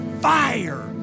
fire